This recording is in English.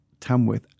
Tamworth